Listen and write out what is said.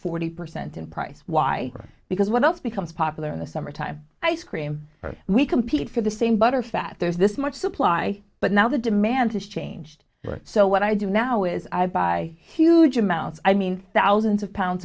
forty percent in price why because what else becomes popular in the summertime ice cream we compete for the same butterfat there's this much supply but now the demand has changed so what i do now is i buy huge amounts i mean thousands of pounds